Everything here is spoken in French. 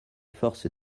forces